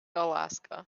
alaska